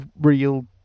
real